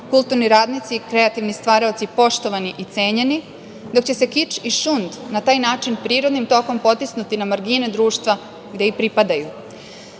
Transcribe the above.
kulturni radnici, kreativni stvaraoci, poštovani i cenjeni, dok će se kič i šund na taj način prirodnim tokom potisnuti na margine društva, gde i pripadaju. Napredak